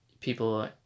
people